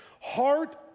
Heart